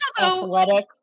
athletic